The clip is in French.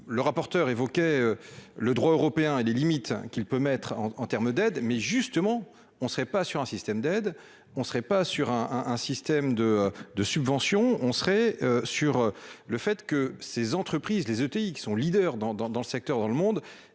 le rapporteur évoquait le droit européen et les limites qu'il peut mettre en en termes d'aide mais justement on ne serait pas sur un système d'aide on serait pas sur un un système de de subventions, on serait sur le fait que ces entreprises les ETI qui sont leaders dans, dans, dans le secteur dans le monde,